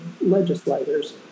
legislators